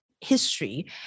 history